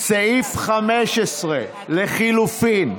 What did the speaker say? סעיף 15 לחלופין,